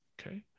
Okay